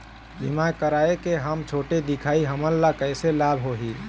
बीमा कराए के हम छोटे दिखाही हमन ला कैसे लाभ होही?